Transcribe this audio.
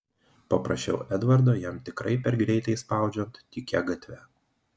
paprašiau edvardo jam tikrai per greitai spaudžiant tykia gatve